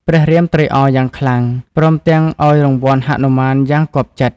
ព្រះរាមត្រេកអរយ៉ាងខ្លាំង ព្រមទាំងឱ្យរង្វាន់ហនុមានយ៉ាងគាប់ចិត្ត។